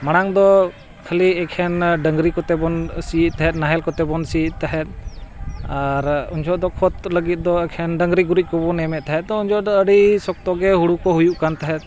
ᱢᱟᱲᱟᱝ ᱫᱚ ᱠᱷᱟᱹᱞᱤ ᱮᱠᱷᱮᱱ ᱰᱟᱹᱝᱨᱤ ᱠᱚᱛᱮ ᱵᱚᱱ ᱥᱤᱭᱮᱫ ᱛᱟᱦᱮᱸᱫ ᱱᱟᱦᱮᱞ ᱠᱚᱛᱮ ᱵᱚᱱ ᱥᱤᱭᱮᱫ ᱛᱟᱦᱮᱸᱫ ᱟᱨ ᱩᱱ ᱡᱚᱦᱚᱜ ᱫᱚ ᱠᱷᱚᱛ ᱞᱟᱹᱜᱤᱫ ᱫᱚ ᱮᱠᱷᱮᱱ ᱰᱟᱹᱝᱨᱤ ᱜᱩᱨᱤᱡ ᱠᱚᱵᱚᱱ ᱮᱢᱮᱫ ᱛᱟᱦᱮᱸᱫ ᱛᱚ ᱩᱱᱡᱚᱦᱚᱜ ᱫᱚ ᱟᱹᱰᱤ ᱥᱚᱠᱛᱚ ᱜᱮ ᱦᱩᱲᱩ ᱠᱚ ᱦᱩᱭᱩᱜ ᱠᱟᱱ ᱛᱟᱦᱮᱸᱫ